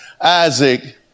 Isaac